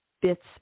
bits